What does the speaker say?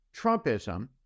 Trumpism